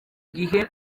gihe